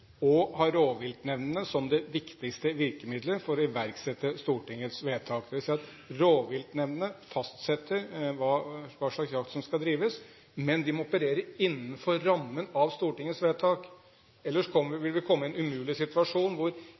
og ha rovviltnemndene som det viktigste virkemidlet for å iverksette Stortingets vedtak. Det vil si at rovviltnemndene fastsetter hva slags jakt som skal drives, men de må operere innenfor rammen av Stortingets vedtak. Ellers vil vi komme i en umulig situasjon, hvor